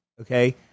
Okay